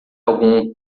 algum